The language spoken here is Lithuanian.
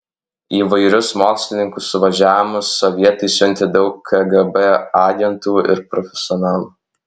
į įvairius mokslininkų suvažiavimus sovietai siuntė daug kgb agentų ir profesionalų